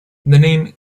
name